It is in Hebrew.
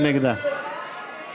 מי נגדה?